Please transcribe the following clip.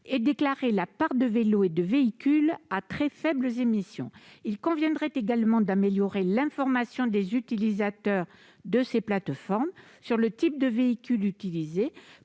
déclarer la part de vélos et de véhicules à très faibles émissions. Il conviendrait également d'améliorer l'information des utilisateurs de ces plateformes sur le type de véhicule utilisé